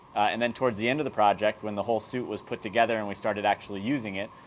and then, towards the end of the project, when the whole suit was put together and we started actually using it,